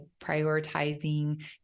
prioritizing